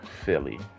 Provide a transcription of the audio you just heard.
Philly